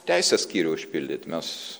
teisės skyrių užpildyt mes